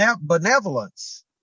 benevolence